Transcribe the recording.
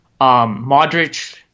Modric